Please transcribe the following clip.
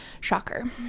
Shocker